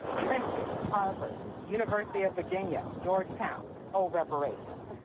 princeton, harvard, university of virginia, georgetown owe reparations?